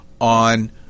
on